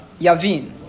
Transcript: Yavin